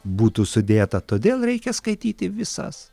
būtų sudėta todėl reikia skaityti visas